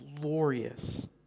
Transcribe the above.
glorious